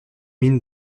mines